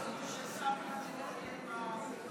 אנחנו רוצים, יהיה בעניין.